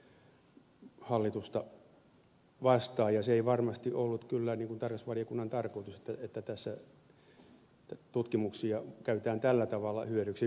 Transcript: se ei varmasti ollut kyllä tarkastusvaliokunnan tarkoitus että tässä tutkimuksia käytetään tällä tavalla hyödyksi